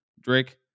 Drake